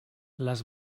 les